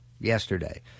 yesterday